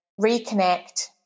reconnect